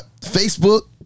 Facebook